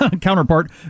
counterpart